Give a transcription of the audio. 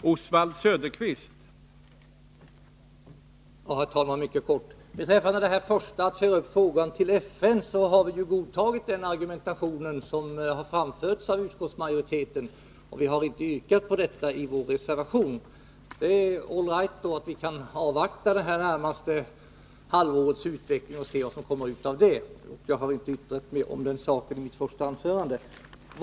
Herr talman! Jag skall fatta mig mycket kort. Beträffande den första frågan, om nya initiativ i FN, har vi godtagit den argumentation som framförts av utskottsmajoriteten, och vi har inte yrkat på detta i vår reservation. Det är all right att vi avvaktar det närmaste halvårets utveckling och ser vad som kommer ut därav. Jag har inte yttrat mer om den saken i mitt Nr 39 första anförande.